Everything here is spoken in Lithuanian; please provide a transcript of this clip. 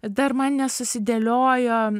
dar man nesusidėliojo